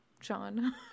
Sean